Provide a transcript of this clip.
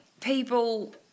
people